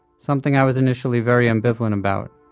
something i was initially very ambivalent about.